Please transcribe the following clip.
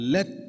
Let